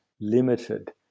limited